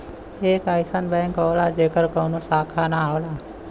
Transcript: एक अइसन बैंक होला जेकर कउनो शाखा ना होला